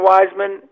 Wiseman